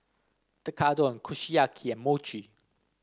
Tekkadon Kushiyaki and Mochi